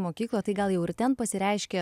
mokyklą tai gal jau ir ten pasireiškia